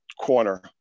corner